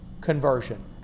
conversion